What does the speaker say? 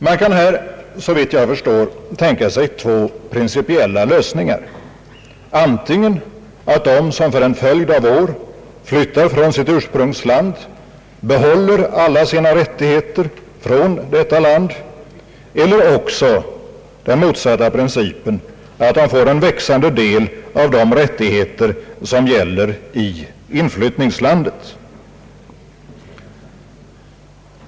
Man kan här, såvitt jag förstår, tänka sig två principiella lösningar, antingen den att de som för en följd av år flyttar från sitt ursprungsland behåller alla sina rättigheter från detta land, eller också den motsatta principen, att de får en växande del av de rättigheter som gäller i inflyttningslandet.